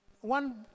One